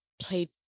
played